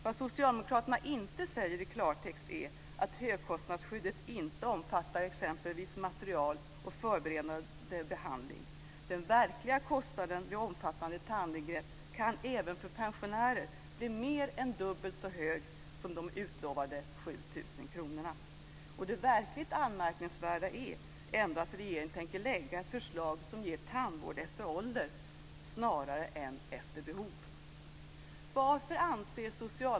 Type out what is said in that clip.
Vad Socialdemokraterna inte säger i klartext är att högkostnadsskyddet inte omfattar exempelvis material och förberedande behandling. Den verkliga kostnaden vid omfattande tandingrepp kan, även för pensionärer, bli mer än dubbelt så hög som de utlovade 7 000 kronorna. Det verkligt anmärkningsvärda är ändå att regeringen tänker lägga fram ett förslag som ger tandvård efter ålder snarare än efter behov.